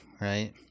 right